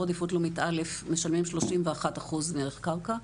עדיפות לאומית א' משלמים 31% מהקרקע.